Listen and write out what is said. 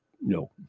no